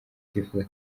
utifuza